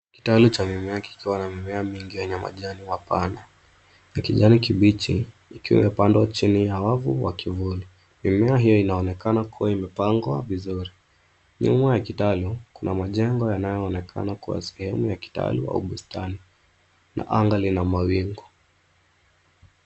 Kitalu cha mimea kikiwa na mimea mingi yenye majani mapana ya kijani kibichi ikiwa imepandwa chini ya wavu wa kivuli. Mimea hiyo inaonekana kuwa imepangwa vizuri. Nyuma ya kitalu kuna majengo yanayoonekana kuwa sehemu ya kitalu au bustani na anga lina mawingu.